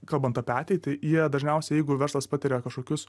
kalbant apie ateitį jie dažniausiai jeigu verslas patiria kažkokius